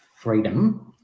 freedom